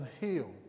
heal